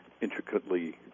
intricately